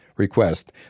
request